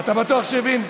אתה בטוח שהבין?